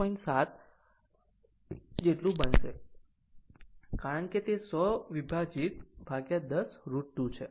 07 જેટલું બનશે કારણ કે તે 100 વિભાજિત 10 √ 2 છે